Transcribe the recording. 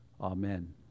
Amen